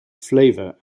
flavor